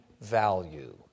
value